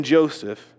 Joseph